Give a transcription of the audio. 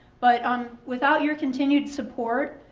but um without your continued support,